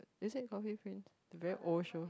you said coffee prince very old show